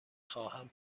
خواهم